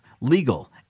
legal